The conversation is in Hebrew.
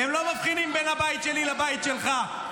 הם לא מבחינים בין הבית שלי לבית שלך.